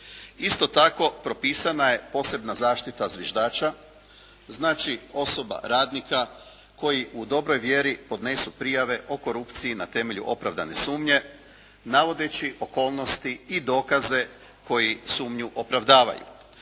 Isto tako propisana je posebna zaštita viždača, znači osoba radnika koji u dobroj vjeri podnesu prijave o korupciji na temelju opravdane sumnje navodeći okolnosti i dokaze koji sumnju opravdavaju.